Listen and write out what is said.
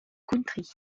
country